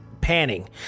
panning